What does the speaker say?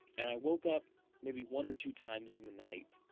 and i woke up maybe one or two times in the night.